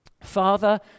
Father